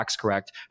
Correct